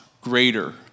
greater